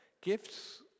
Gifts